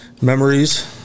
memories